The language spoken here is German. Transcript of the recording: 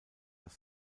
das